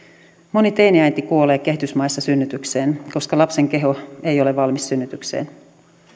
moni teiniäiti kuolee kehitysmaissa synnytykseen koska lapsen keho ei ole valmis synnytykseen